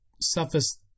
suffice